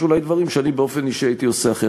יש אולי דברים שאני באופן אישי הייתי עושה אחרת.